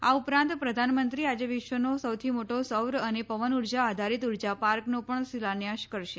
આ ઉપરાંત પ્રધાનમંત્રી આજે વિશ્વનો સૌથી મોટો સૌર અને પવન ઉર્જા આધારિત ઉર્જા પાર્કનો પણ શિલાન્યાસ કરશે